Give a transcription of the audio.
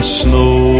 snow